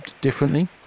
differently